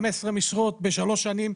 15 משרות בשלוש שנים,